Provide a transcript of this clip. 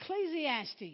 Ecclesiastes